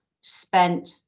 spent